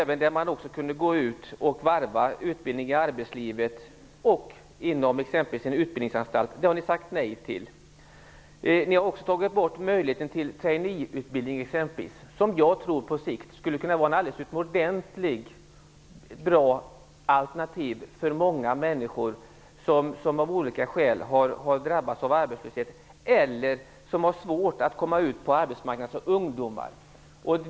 Det handlar också om att man kunde varva utbildning i arbetslivet med utbildning inom exempelvis en utbildningsanstalt. Detta har ni sagt nej till. Vidare har ni tagit bort möjligheten exempelvis till traineeutbildning, som jag på sikt tror skulle vara ett utomordentligt alternativ för många människor som av olika skäl har drabbats av arbetslöshet eller som har svårt att komma ut på arbetsmarknaden, alltså ungdomar.